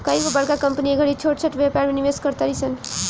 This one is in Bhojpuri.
कइगो बड़का कंपनी ए घड़ी छोट छोट व्यापार में निवेश कर तारी सन